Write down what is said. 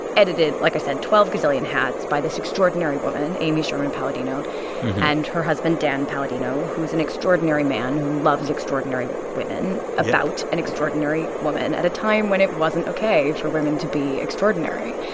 edited, like i said, twelve gazillion hats, by this extraordinary woman amy sherman-palladino and her husband dan palladino, who is an extraordinary man, who loves extraordinary women. yeah. about an extraordinary woman at a time when it wasn't ok for women to be extraordinary.